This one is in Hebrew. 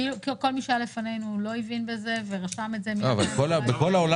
כאילו- כל מי שישב לפנינו לא הבין בזה ו --- אבל אם